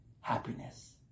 happiness